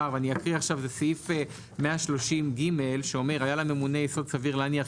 זה סעיף 130ג שאומר: היה לממונה יסוד סביר להניח